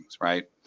Right